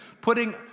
putting